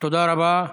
תודה רבה.